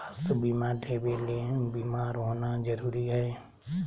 स्वास्थ्य बीमा लेबे ले बीमार होना जरूरी हय?